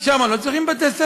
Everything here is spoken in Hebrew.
שם לא צריך בתי-ספר?